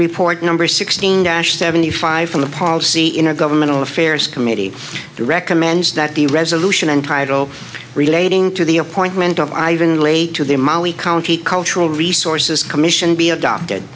report number sixteen dash seventy five from the policy in a governmental affairs committee who recommends that the resolution entitle relating to the appointment of ivan lake to the molly county cultural resources commission be adopted